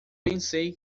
pensei